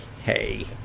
hey